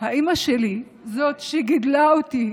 האימא שלי, זאת שגידלה אותי,